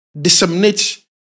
disseminate